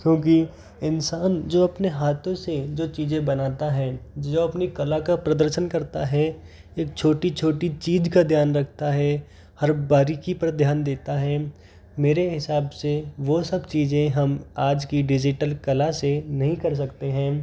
क्योंकि इंसान जो अपने हाथों से जो चीज़ें बनाता है जो अपनी कला का प्रदर्शन करता है एक छोटी छोटी चीज़ का ध्यान रखता है हर बारीकी पर ध्यान देता है मेरे हिसाब से वह सब चीज़ें हम आज की डिजिटल कला से नहीं कर सकते है